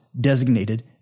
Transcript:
designated